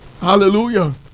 Hallelujah